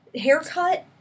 haircut